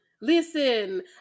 listen